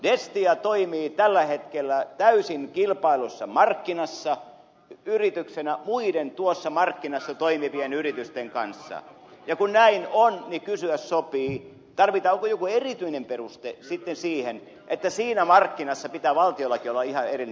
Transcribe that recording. destia toimii tällä hetkellä täysin kilpaillussa markkinassa yrityksenä muiden tuossa markkinassa toimivien yritysten kanssa ja kun näin on niin kysyä sopii tarvitaanko joku erityinen peruste sitten siihen että siinä markkinassa pitää valtiollakin olla ihan erillinen yhtiö